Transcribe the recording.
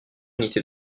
unités